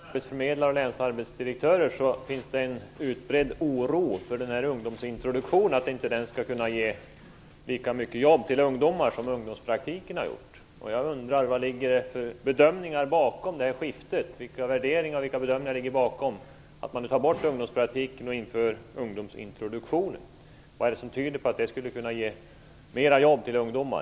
Fru talman! Jag vill ställa en fråga till arbetsmarknadsministern. När man är ute och talar med arbetsförmedlare och länsarbetsdirektörer märker man att det finns en utbredd oro för att ungdomsintroduktionen inte kommer att ge lika mycket jobb till ungdomar som ungdomspraktiken har gjort. Jag undrar vad det finns för bedömningar bakom detta skifte. Vilka värderingar och bedömningar ligger bakom att man tar bort ungdomspraktiken och inför ungdomsintroduktionen? Vad är det som tyder på att det skulle kunna ge fler jobb till ungdomar?